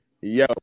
Yo